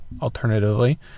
alternatively